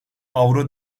avro